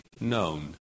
known